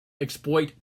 exploit